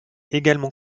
également